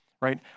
right